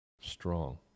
strong